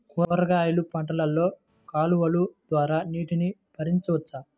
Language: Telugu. కూరగాయలు పంటలలో కాలువలు ద్వారా నీటిని పరించవచ్చా?